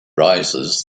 rises